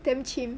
damn chim